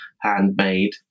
handmade